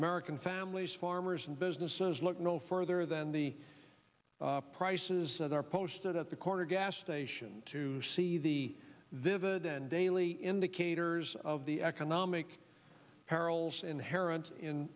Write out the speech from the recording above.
american families farmers and businesses look no further than the prices that are posted at the corner gas station to see the their the daily indicators of the economic perils inherent in